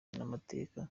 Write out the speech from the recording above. n’amateka